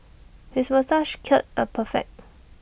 his moustache curl A perfect